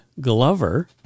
Glover